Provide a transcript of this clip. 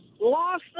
lost